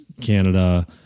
Canada